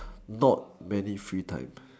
not many free time